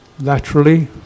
laterally